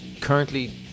currently